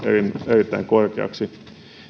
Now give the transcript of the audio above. erittäin korkeiksi